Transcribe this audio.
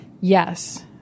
Yes